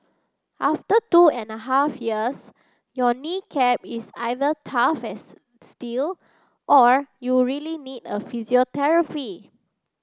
after two and a half years your knee cap is either tough steel or you really need physiotherapy